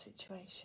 situation